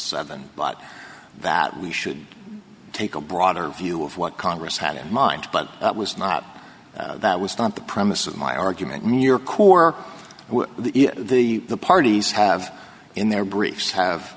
evan but that we should take a broader view of what congress had in mind but it was not that was not the premise of my argument new york or the the the parties have in their briefs have